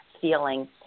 feeling